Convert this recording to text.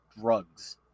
drugs